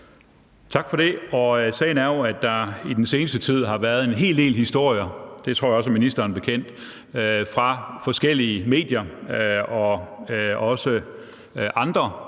Tak for det. Sagen er, at der i den seneste tid har været en hel del historier – det tror jeg også er ministeren bekendt – fra forskellige medier og også andre